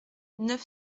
neuf